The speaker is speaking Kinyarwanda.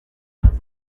yagize